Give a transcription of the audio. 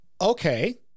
Okay